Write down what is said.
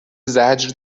زجر